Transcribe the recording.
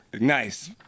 Nice